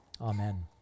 Amen